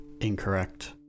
incorrect